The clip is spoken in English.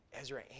Ezra